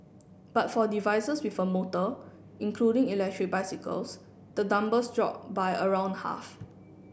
but for devices with a motor including electric bicycles the numbers drop by around half